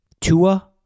Tua